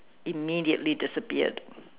immediately disappeared